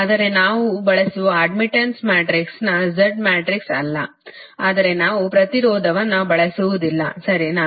ಆದರೆ ನಾವು ಬಳಸುವ ಅಡ್ಡ್ಮಿಟ್ಟನ್ಸ್ ಮ್ಯಾಟ್ರಿಕ್ಸ್ನ Z ಮ್ಯಾಟ್ರಿಕ್ಸ್ ಅಲ್ಲ ಆದರೆ ನಾವು ಪ್ರತಿರೋಧವನ್ನು ಬಳಸುವುದಿಲ್ಲ ಸರಿನಾ